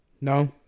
No